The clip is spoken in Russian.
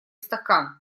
стакан